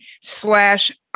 slash